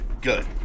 Good